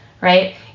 right